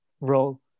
role